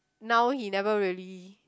now he never really